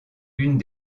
une